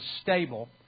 stable